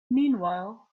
meanwhile